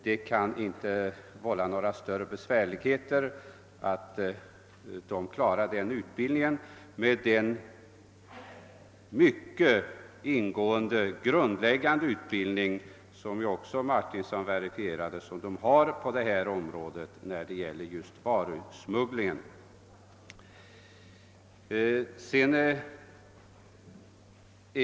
Det kan inte vålla några större besvärligheter; personalen klarar denna utbildning med den mycket ingående grundläggande utbildning den har och som också herr Martinsson verifierade när det gäller tillämpning av varusmugglingslagen.